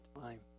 time